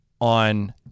on